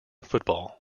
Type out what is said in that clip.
football